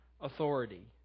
authority